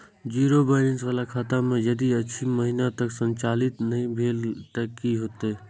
Zero balance बाला खाता में यदि छः महीना तक संचालित नहीं भेल ते कि होयत?